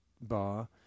bar